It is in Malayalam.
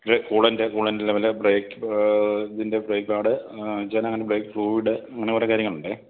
കൂളൻ്റ് കൂളൻ്റ് ലെവൽ ബ്രേക്ക് ഇതിൻ്റെ ബ്രേക്ക് പാഡ് ബ്രേക്ക് ഫ്ലൂയിഡ് അങ്ങനെ കുറേ കാര്യങ്ങളുണ്ട്